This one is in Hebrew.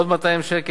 עוד 200 שקל,